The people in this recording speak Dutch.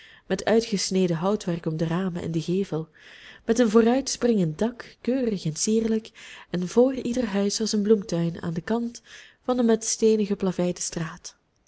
met uitgesneden houtwerk om de ramen en den gevel met een vooruitspringend dak keurig en sierlijk en voor ieder huis was een bloemtuin aan den kant van de met steenen geplaveide straat